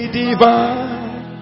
divine